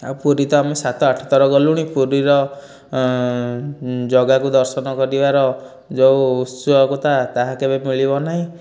ଆଉ ପୁରୀ ତ ଆମେ ସାତ ଆଠ ଥର ଗଲୁଣି ପୁରୀର ଜଗାକୁ ଦର୍ଶନ କରିବାର ଯେଉଁ ଉତ୍ସୁକତା ତାହା କେବେ ମିଳିବ ନାହିଁ